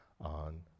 on